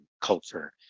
culture